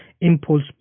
impulse